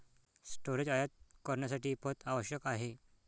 storage आयात करण्यासाठी पथ आवश्यक आहे